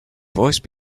voice